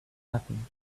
nothing